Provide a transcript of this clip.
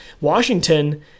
Washington